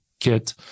get